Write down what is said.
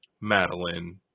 Madeline